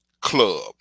club